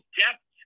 depth